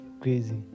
crazy